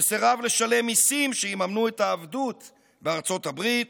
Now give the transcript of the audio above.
שסירב לשלם מיסים שיממנו את העבדות בארצות הברית